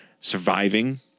surviving